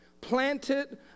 planted